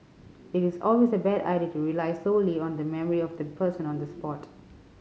it is always a bad idea to rely solely on the memory of the person on the spot